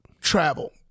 travel